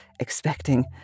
expecting